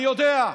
אני יודע,